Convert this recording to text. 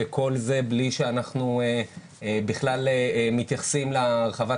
וכל זה בלי שאנחנו בכלל מתייחסים להרחבת